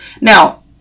Now